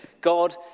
God